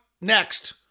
next